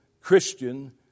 Christian